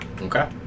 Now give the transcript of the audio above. Okay